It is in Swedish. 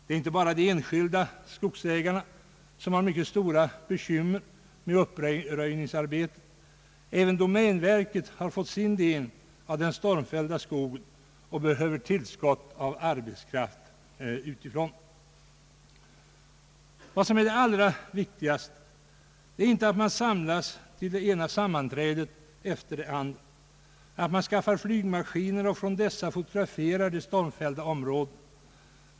Det är inte bara de enskilda skogsägarna som har mycket stora bekymmer med uppröjningsarbetet. även domänverket har fått sin del av den stormfällda skogen och behöver tillskott av arbetskraft utifrån. Det allra viktigaste är inte att man samlas till det ena sammanträdet efter det andra, att man skaffar flygmaski ner och från dessa fotograferar de stormfällda områdena.